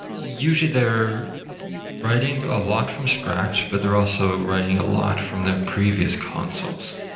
usually, they're writing a lot from scratch, but they're also writing a lot from their previous consoles,